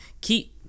Keep